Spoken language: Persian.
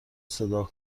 صدا